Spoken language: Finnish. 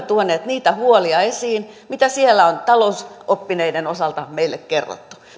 tuoneet niitä huolia esiin mitä siellä on talousoppineiden osalta meille kerrottu